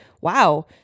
wow